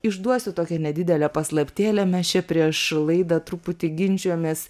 išduosiu tokią nedidelępaslaptėlę mes čia prieš laidą truputį ginčijomės